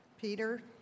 Peter